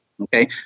Okay